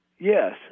Yes